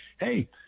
hey